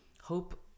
hope